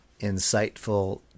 insightful